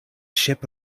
ship